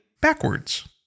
backwards